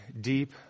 deep